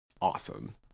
awesome